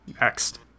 Next